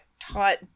Taught